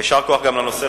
יישר כוח גם על נושא זה,